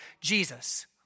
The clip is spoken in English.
Jesus